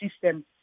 system